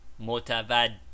Motavad